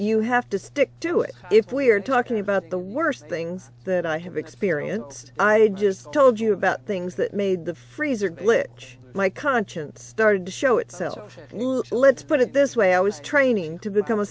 you have to stick to it if we're talking about the worst things that i have experienced i just told you about things that made the freezer which my conscience started to show itself and let's put it this way i was training to become a